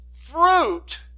fruit